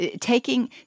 taking